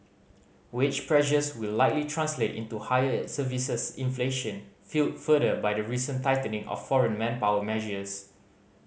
wage pressures will likely translate into higher services inflation fuelled further by the recent tightening of foreign manpower measures